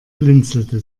blinzelte